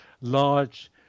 large